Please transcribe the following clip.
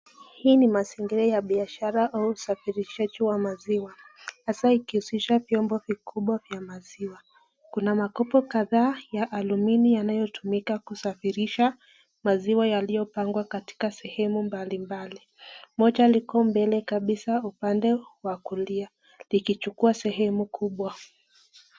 Hii ni mazingira ya biashara au ushafirishaji wa maziwa hasaa ikihusisha vyombo vikubwa vya maziwa. Kuna makopo kadhaa ya alumini yanayotumika kusafirisha maziwa yaliyopagwa katika sehemu mbali mbali. Moja liko mbele kabisa upande wa kulia likichukua sehemu kubwa.